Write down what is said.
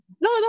no